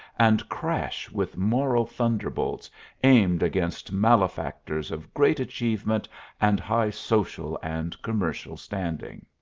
and crash with moral thunderbolts aimed against malefactors of great achievement and high social and commercial standing.